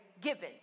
given